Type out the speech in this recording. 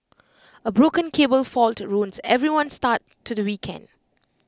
A broken cable fault ruined everyone's start to the weekend